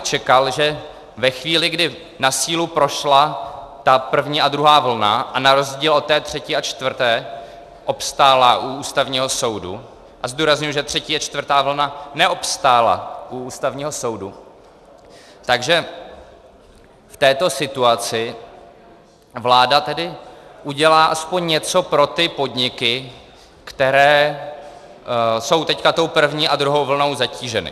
Čekal bych, že ve chvíli, kdy na sílu prošla první a druhá vlna, a na rozdíl od té třetí a čtvrté obstála u Ústavního soudu, a zdůrazňuji, že třetí a čtvrtá vlna neobstála u Ústavního soudu, tak že v této situaci vláda tedy udělá aspoň něco pro ty podniky, které jsou teď tou první a druhou vlnou zatíženy.